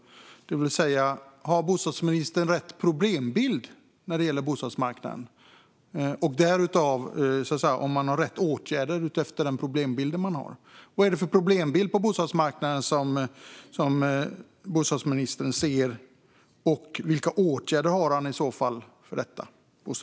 Har bostadsministern rätt problembild när det gäller bostadsmarknaden? Och har han utefter den problembilden vidtagit rätt åtgärder? Vad är det för problembild bostadsministern ser på bostadsmarknaden? Och vilka förslag på åtgärder har han i så fall för det?